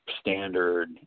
standard